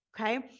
okay